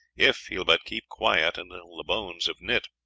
if he will but keep quiet until the bones have knit.